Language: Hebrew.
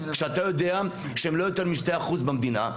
כשאתה יודע שהם לא יותר מ-2% במדינה,